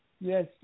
Yes